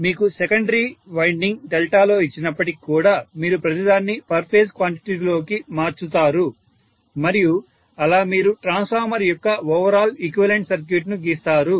కాబట్టి మీకు secondary winding డెల్టాలో ఇచ్చినప్పటికీ కూడా మీరు ప్రతి దాన్ని పర్ ఫేజ్ క్వాంటిటీలోకి మార్చుతారు మరియు అలా మీరు ట్రాన్స్ఫార్మర్ యొక్క ఓవరాల్ ఈక్వివలెంట్ సర్క్యూట్ ను గీస్తారు